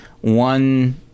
one